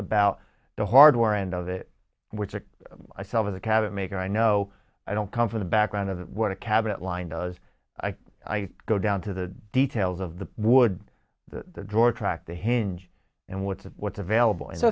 about the hardware end of it which i sell to the cabinet maker i know i don't come from the background of what a cabinet line does i go down to the details of the wood the drawer track the hinge and what's what's available and so